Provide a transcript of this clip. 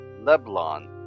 Leblon